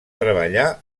treballar